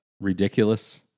ridiculous